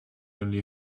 only